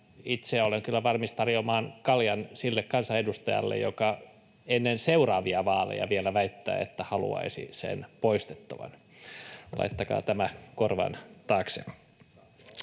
Itse olen kyllä valmis tarjoamaan kaljan sille kansanedustajalle, joka ennen seuraavia vaaleja vielä väittää, että haluaisi sen poistettavan — laittakaa tämä korvan taakse.